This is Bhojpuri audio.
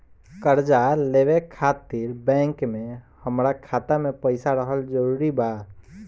कर्जा लेवे खातिर बैंक मे हमरा खाता मे पईसा रहल जरूरी बा?